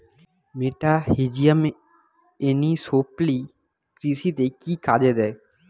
মেটাহিজিয়াম anisopliae কৃষিতে কি কাজে দেয়?